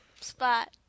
spot